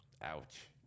Ouch